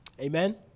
Amen